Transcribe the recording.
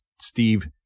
Steve